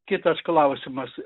kitas klausimas